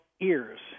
ears